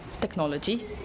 technology